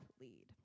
lead